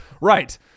Right